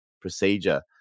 procedure